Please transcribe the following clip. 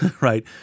right